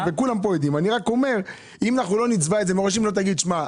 אם לא תגיד "שמע,